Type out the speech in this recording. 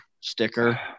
sticker